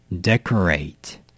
decorate